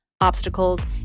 obstacles